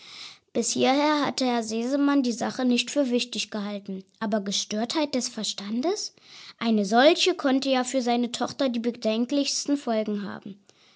bis hierher hatte herr sesemann die sache nicht für wichtig gehalten aber gestörtheit des verstandes eine solche konnte ja für seine tochter die bedenklichsten folgen haben